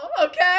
okay